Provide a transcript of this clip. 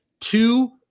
two